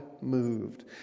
moved